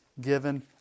given